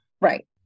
Right